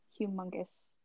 Humongous